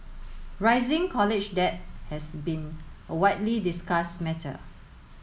rising college debt has been a widely discussed matter